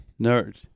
Nerd